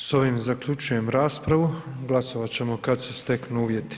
S tojim zaključujem raspravu, glasovat ćemo kad se steknu uvjeti.